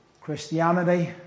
Christianity